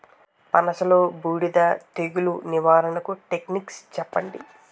పనస లో బూడిద తెగులు నివారణకు టెక్నిక్స్ చెప్పండి?